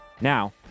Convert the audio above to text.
Now